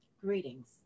greetings